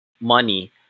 money